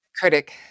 Critic